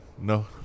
No